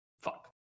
Fuck